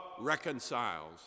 reconciles